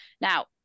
Now